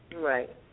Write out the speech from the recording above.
Right